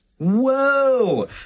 whoa